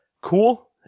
Cool